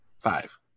Five